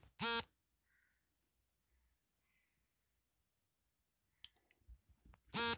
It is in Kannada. ಕೋವಿಡ್ ಸಾಂಕ್ರಾಮಿಕ ರೋಗದ ಕಾರಣದಿಂದ ಭಾರತದ ಆರ್ಥಿಕ ಅಭಿವೃದ್ಧಿ ಇಳಿಮುಖವಾಗಿದೆ